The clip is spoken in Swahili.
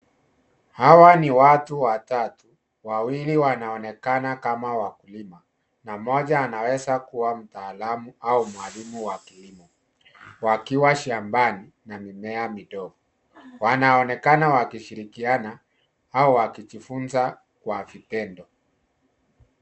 Hawa ni watu watatu. Wawili wanaonekana kama wakulima na mmoja anaweza kuwa mtaalam au mwalimu wa kilimo wakiwa shambani na mimea midogo. Wanaonekana wakishikiana au wakijifunza kwa vitendo.